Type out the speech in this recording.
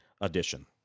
edition